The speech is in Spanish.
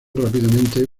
rápidamente